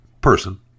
person